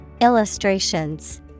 Illustrations